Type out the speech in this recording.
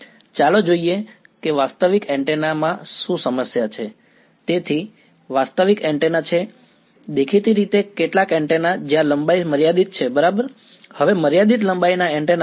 ચાલો જોઈએ કે વાસ્તવિક એન્ટેના